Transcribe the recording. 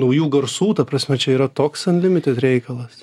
naujų garsų ta prasme čia yra toks anlimitid reikalas